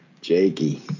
Jakey